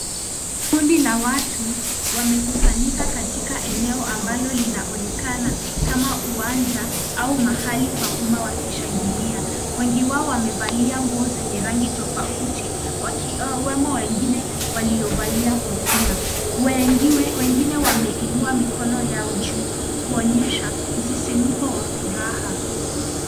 Kundi la watu wamekusanyika katika eneo ambalo linaonekana kama uwanja au mahali pa homa wa kishangilia. Wengi wao wamevalia nguo zenye rangi tofauti wakioa wemo wengine waliovalia kofia. Wengi wengine wameinua mikono yao juu kuonyesha msisimko wa furaha.